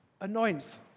anoint